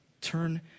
Turn